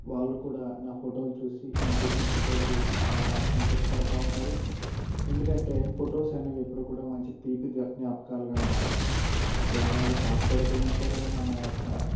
వాళ్ళు కూడా నా ఫోటోలు చూసి నేను తీసిన ఫొటోలు చూసి చాలా సంతోషపడుతా ఉంటారు ఎందుకంటే ఫొటోస్ అనేవి ఎప్పుడూ కూడా మంచి తీపి జ్ఞాపకాలుగా ఉంటాయి ఒకవేళ అవి పాతబడి పోయినా సరే మన యొక్క